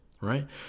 right